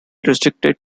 restricted